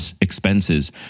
expenses